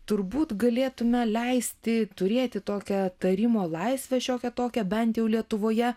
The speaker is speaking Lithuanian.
turbūt galėtume leisti turėti tokią tarimo laisvę šiokią tokią bent jau lietuvoje